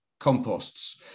composts